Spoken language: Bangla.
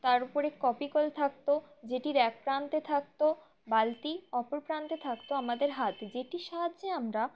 তার উপরে কপিকল থাকত যেটির এক প্রান্তে থাকতো বালতি অপর প্রান্তে থাকতো আমাদের হা যেটির সাহায্যে আমরা